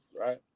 right